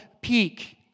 peak